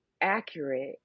accurate